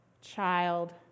child